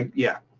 yeah.